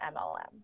MLM